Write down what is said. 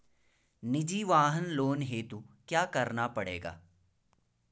निजी वाहन लोन हेतु क्या करना पड़ेगा?